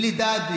בלי דעת,